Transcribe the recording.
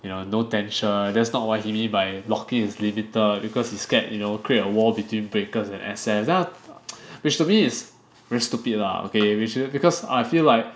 you know no tension that's not what he mean by lock-in is limited because he scared you know create a war between breakers and S_N which to me is very stupid lah okay we shouldn't because I feel like